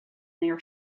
their